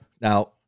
Now